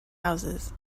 houses